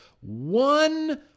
one